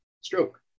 stroke